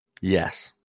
Yes